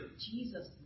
Jesus